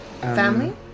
Family